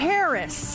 Paris